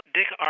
Dick